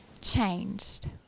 changed